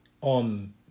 on